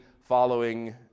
following